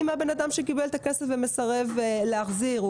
אם הבן אדם שקיבל את הכסף ומסרב להחזיר אותו,